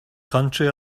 country